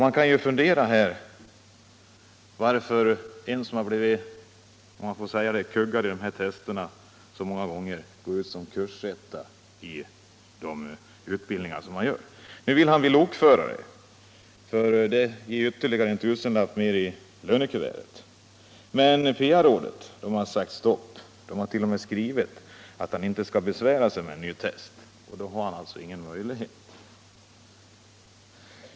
Man kan fundera över varför en som blivit ”kuggad” — om man skall använda det uttrycket — i de här testerna många gånger går ut som kursetta i de utbildningar som han deltagit i. Nu vill vederbörande bli lokförare, för det ger ytterligare en tusenlapp i lönekuvertet. Men PA-rådet har sagt stopp. Rådet har t.o.m. skrivit att han inte skall besvära sig med en ny test, och därigenom har han alltså ingen möjlighet.